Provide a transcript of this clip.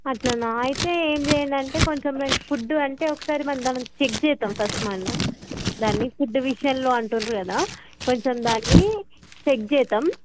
అట్లనా అయితే ఏం చేయండంటే కొంచం మీకు ఫుడ్ అంటే ఒకసారి మరి దానిని చెక్ చేద్దాము ఫస్ట్ మనం దాన్ని ఫుడ్ విషయంలో అంటుండ్రు కదా కొంచం దాన్ని చెక్ చేద్దాము